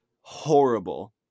Horrible